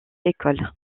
écoles